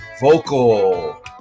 vocal